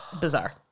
Bizarre